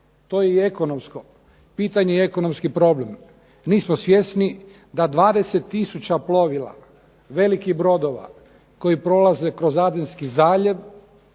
To je i ekonomsko pitanje i ekonomski problem. Mi smo svjesni da 20 tisuća plovila velikih brodova koji prolaze kroz Adenski zaljev,